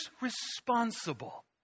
responsible